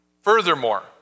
Furthermore